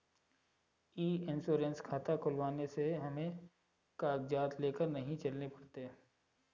ई insurance खाता खुलवाने से हमें कागजात लेकर नहीं चलने पड़ते